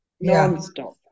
non-stop